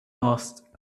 asked